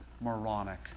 Moronic